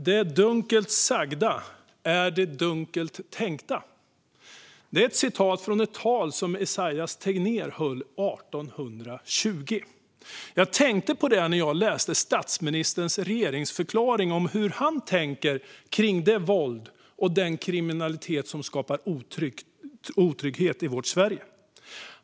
"Det dunkelt sagda är det dunkelt tänkta" är ett citat från ett tal som Esaias Tegnér höll 1820. Jag tänkte på det när jag läste i statsministerns regeringsförklaring om hur han tänker kring det våld och den kriminalitet som skapar otrygghet i vårt Sverige.